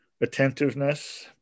attentiveness